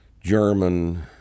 German